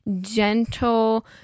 gentle